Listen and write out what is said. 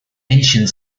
ancient